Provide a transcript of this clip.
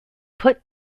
put